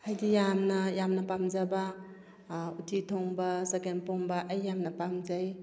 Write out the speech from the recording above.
ꯍꯥꯏꯗꯤ ꯌꯥꯝꯅ ꯌꯥꯝꯅ ꯄꯥꯝꯖꯕ ꯎꯇꯤ ꯊꯣꯡꯕ ꯆꯥꯒꯦꯝꯄꯣꯝꯕ ꯑꯩ ꯌꯥꯝꯅ ꯄꯥꯝꯖꯩ